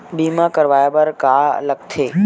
बीमा करवाय बर का का लगथे?